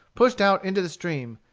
pushed out into the stream,